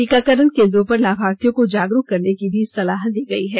टीकाकरण केन्द्रों पर लाभार्थियों को जागरूक करने की सलाह दी गई है